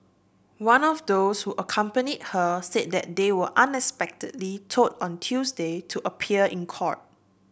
one of those who accompanied her said that they were unexpectedly told on Tuesday to appear in court